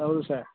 ಹೌದು ಸಾರ್